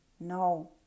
no